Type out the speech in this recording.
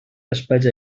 despatx